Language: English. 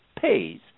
pays